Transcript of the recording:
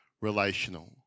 relational